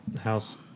house